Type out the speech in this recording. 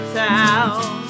town